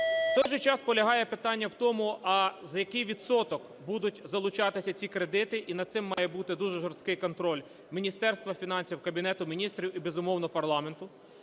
В той же час, полягає питання в тому: а за який відсоток будуть залучатися ці кредити? І над цим має бути дуже жорсткий контроль Міністерства фінансів, Кабінету Міністрів і, безумовно, парламенту,